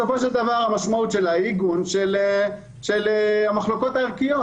משמעותה היא עיגון של המחלוקות הערכיות.